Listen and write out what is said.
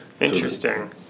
interesting